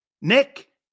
Nick